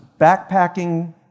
backpacking